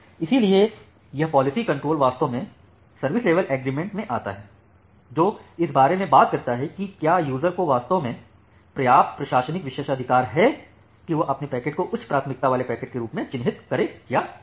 इसलिए यह policy control वास्तव में सर्विस लेवल एग्रीमेंट से आता है जो इस बारे में बात करता है कि क्या यूज़र को वास्तव में पर्याप्त प्रशासनिक विशेषाधिकार है कि वह अपने पैकेट को उच्च प्राथमिकता वाले पैकेट के रूप में चिह्नित करे या नहीं